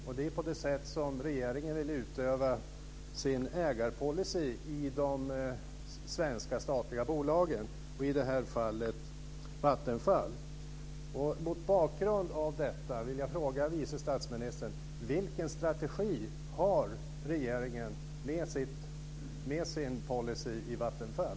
Det är ju på det sättet regeringen vill utöva sin ägarpolicy i de svenska statliga bolagen, i det här fallet Vattenfall.